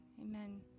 Amen